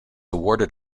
awarded